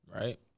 Right